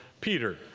Peter